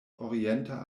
orienta